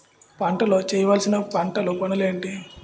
పంటలో చేయవలసిన పంటలు పనులు ఏంటి?